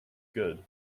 good